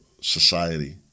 society